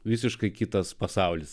visiškai kitas pasaulis